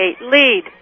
lead